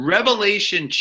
Revelation